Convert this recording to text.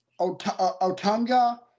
Otunga